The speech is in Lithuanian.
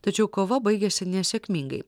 tačiau kova baigėsi nesėkmingai